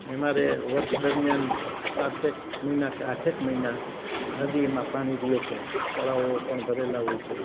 અમારે વર્ષ દરમિયાન સાતેક મહીના કે આઠેક મહીના નદીમાં પાણી રહે છે તળાવો પણ ભરેલા હોય છે